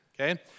okay